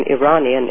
Iranian